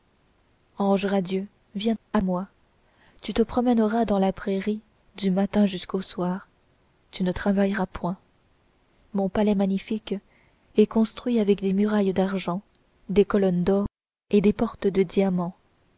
ange radieux viens à moi tu te promèneras dans la prairie du matin jusqu'au soir tu ne travailleras point mon palais magnifique est construit avec des murailles d'argent des colonnes d'or et des portes de diamants